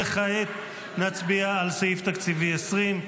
וכעת נצביע על סעיף תקציבי 20,